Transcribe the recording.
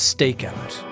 Stakeout